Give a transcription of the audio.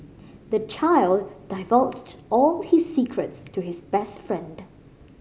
the child divulged all his secrets to his best friend